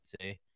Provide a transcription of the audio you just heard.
say